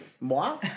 moi